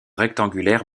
rectangulaire